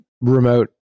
remote